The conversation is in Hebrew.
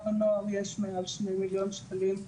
מורים מעוניינים,